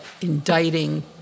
indicting